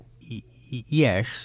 Yes